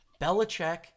Belichick